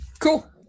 Cool